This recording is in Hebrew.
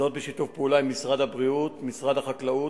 וזאת בשיתוף פעולה עם משרד הבריאות ומשרד החקלאות,